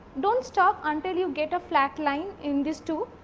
not stop until you get a flat line in this two